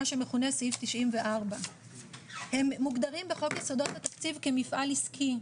מה שמכונה סעיף 94. הם מוגדרים בחוק יסודות התקציב כמפעל עסקי,